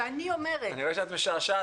15 יורו ליום.